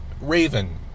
Raven